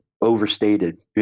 overstated